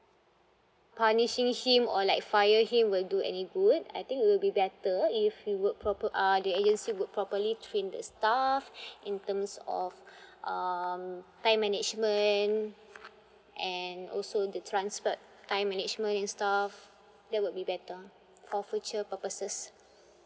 punishing him or like fire him will do any good I think it will be better if he would proper uh the agency would properly train the staff in terms of um time management and also the transport time management and stuff that would be better for future purposes